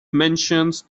mentions